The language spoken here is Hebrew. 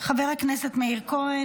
חבר הכנסת מאיר כהן,